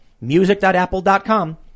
music.apple.com